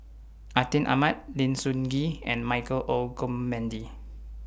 Atin Amat Lim Soo Ngee and Michael Olcomendy